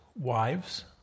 wives